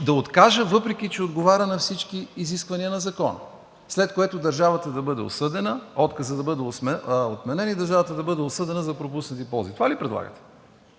Да откажа, въпреки че отговаря на всички изисквания на закона, след което държавата да бъде осъдена, отказът да бъде отменен и държавата да бъде осъдена за пропуснати ползи? Това ли предлагате?